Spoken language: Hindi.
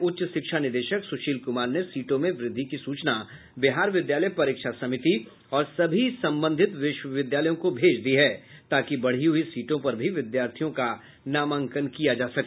उच्च शिक्षा निदेशक सुशील कुमार ने सीटों में वृद्धि की सूचना बिहार विद्यालय परीक्षा समिति और सभी संबंधित विश्वविद्यालयों को भेज दिया है ताकि बढ़ी हुई सीटों पर भी विद्यार्थियों का नामांकन किया जा सके